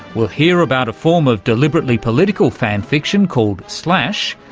we'll hear about a form of deliberately political fan-fiction called slash,